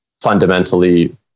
fundamentally